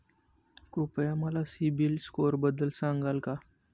कृपया मला सीबील स्कोअरबद्दल सांगाल का?